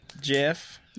Jeff